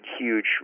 huge